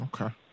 Okay